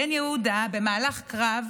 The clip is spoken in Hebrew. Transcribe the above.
במהלך הקרב